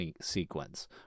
sequence